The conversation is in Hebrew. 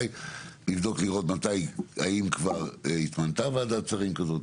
לבדוק ולראות מתי והאם כבר הוקמה וועדת שרים כזאת.